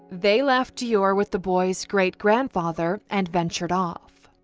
they left deorr with the boy's great-grandfather and ventured off.